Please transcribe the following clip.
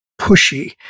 pushy